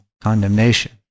condemnation